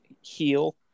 heal